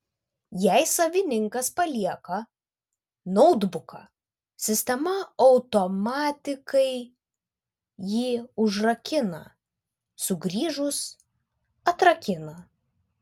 jei savininkas palieka noutbuką sistema automatikai jį užrakina sugrįžus atrakina